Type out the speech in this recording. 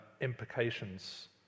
implications